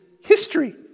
history